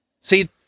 See